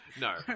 No